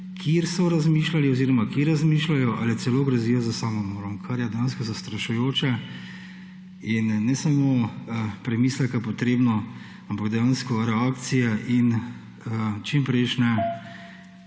ki so razmišljali oziroma ki razmišljajo ali celo grozijo s samomorom, kar je dejansko zastrašujoče in ne samo premisleka potrebno, ampak dejansko reakcije in čimprejšnje